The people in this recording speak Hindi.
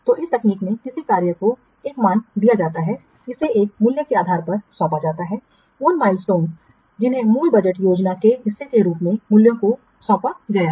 तो इस तकनीक में किसी कार्य को एक मान दिया जाता है इसे एक मूल्य के आधार पर सौंपा जाता है उन माइलस्टोनस जिन्हें मूल बजट योजना के हिस्से के रूप में मूल्यों को सौंपा गया है